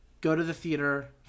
go-to-the-theater